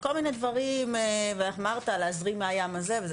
כל מיני דברים ואמרת להזרים מהים הזה וזה.